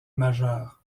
majeur